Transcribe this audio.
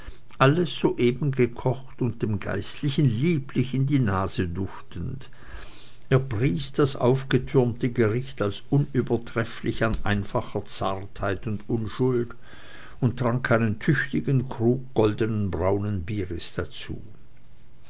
alles soeben gekocht und dem geistlichen lieblich in die nase duftend er pries das aufgetürmte gericht als unübertrefflich an einfacher zartheit und unschuld und trank einen tüchtigen krug goldenbraunen bieres dazu